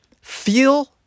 feel